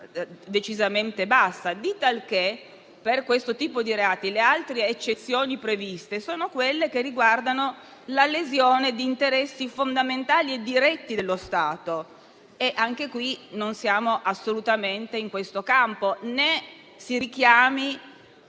decisamente bassa. Di talché per questo tipo di reati le altre eccezioni previste sono quelle che riguardano la lesione di interessi fondamentali e diretti dello Stato. E anche qui non siamo assolutamente in questo campo, né si richiami,